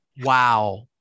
wow